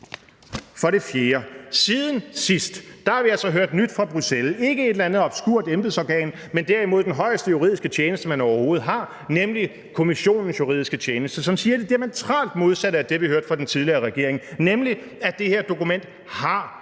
Siden sidst har vi altså hørt nyt fra Bruxelles, ikke et eller andet obskurt embedsorgan, men derimod den højeste juridiske tjeneste, man overhovedet har, nemlig Kommissionens juridiske tjeneste, som siger det diametralt modsatte af det, vi hørte fra den tidligere regering, nemlig at det her dokument har